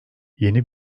yeni